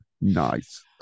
nice